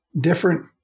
different